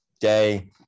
day